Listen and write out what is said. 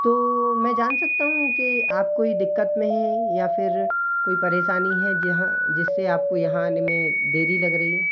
तो मैं जान सकता हूँ के आप कोई दिक्कत में हैं या फिर कोई परेशानी है जहाँ जिससे आपको यहाँ आने में देरी लग रही है